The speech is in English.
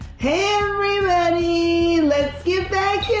hey everybody, let's get back yeah